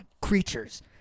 creatures